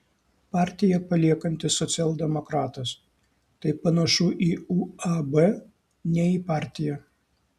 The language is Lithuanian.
partiją paliekantis socialdemokratas tai panašu į uab ne į partiją